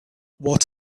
what